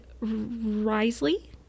risley